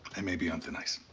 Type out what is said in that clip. i may be on thin ice.